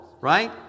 right